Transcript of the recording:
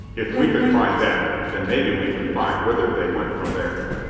if we can find that, then maybe we can find whither they went from there.